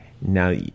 Now